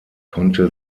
konnte